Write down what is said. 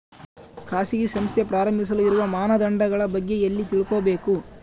ಖಾಸಗಿ ಸಂಸ್ಥೆ ಪ್ರಾರಂಭಿಸಲು ಇರುವ ಮಾನದಂಡಗಳ ಬಗ್ಗೆ ಎಲ್ಲಿ ತಿಳ್ಕೊಬೇಕು?